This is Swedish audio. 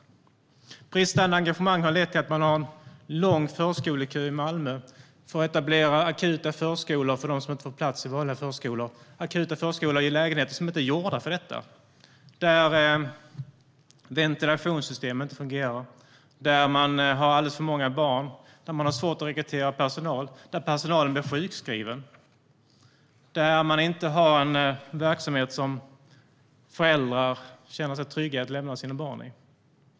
Bristande engagemang har lett till att man har en lång förskolekö i Malmö. Man får etablera akuta förskolor för dem som inte får plats i vanliga förskolor. Det blir akuta förskolor i lägenheter som inte är gjorda för detta. Ventilationssystemen fungerar inte. Man har alldeles för många barn. Man har svårt att rekrytera personal. Personalen blir sjukskriven. Man har inte en verksamhet som föräldrar känner sig trygga att lämna sina barn i.